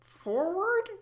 forward